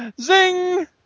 Zing